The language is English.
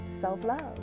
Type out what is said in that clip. self-love